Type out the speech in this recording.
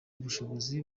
ubushobozi